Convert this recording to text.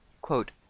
Quote